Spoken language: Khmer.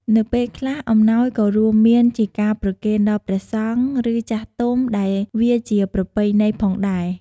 នៅពេលខ្លះ អំណោយក៏រួមមានជាការប្រគេនដល់ព្រះសង្ឃ ឬចាស់ទុំដែលវាជាប្រពៃណីផងដែរ។